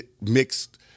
mixed